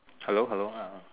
hello hello !huh! uh